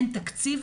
אין תקציב,